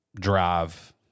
drive